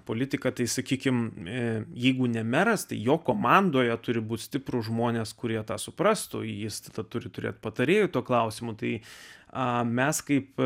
politiką tai sakykime jeigu ne meras tai jo komandoje turi būti stiprūs žmonės kurie tą suprastų jis tada turi turėti patarėjų tuo klausimu tai a mes kaip